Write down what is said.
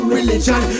Religion